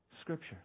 Scripture